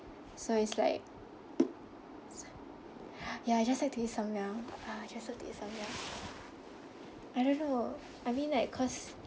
so it's ya I just like to eat samyang ah I just like to eat samyang I don't know I mean like cause